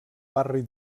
barri